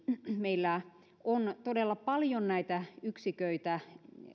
meillä on terveydenhuollossa todella paljon näitä yksiköitä